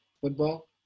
football